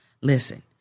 listen